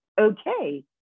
okay